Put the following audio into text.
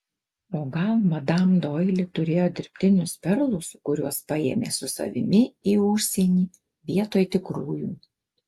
o gal madam doili turėjo dirbtinius perlus kuriuos paėmė su savimi į užsienį vietoj tikrųjų